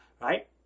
Right